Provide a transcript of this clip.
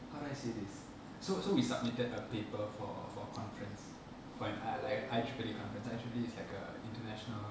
how do I say this so so we submitted a paper for for conference for an I like an I triple D conference I triple D is like a international